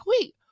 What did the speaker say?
wait